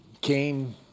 came